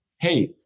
hey